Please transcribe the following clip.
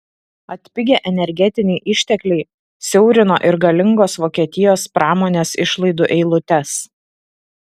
atpigę energetiniai ištekliai siaurino ir galingos vokietijos pramonės išlaidų eilutes